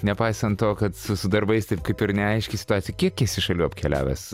nepaisant to kad su su darbais taip kaip ir neaiški situacija kiek esi šalių apkeliavęs